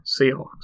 Seahawks